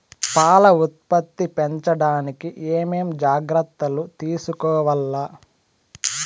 పాల ఉత్పత్తి పెంచడానికి ఏమేం జాగ్రత్తలు తీసుకోవల్ల?